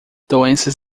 doenças